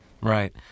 right